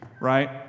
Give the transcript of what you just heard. right